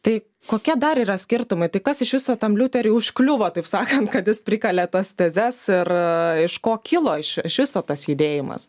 tai kokie dar yra skirtumai tai kas iš viso tam liuteriui užkliuvo taip sakant kad jis prikalė tas tezes ir iš ko kilo iš iš viso tas judėjimas